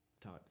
type